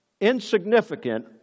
insignificant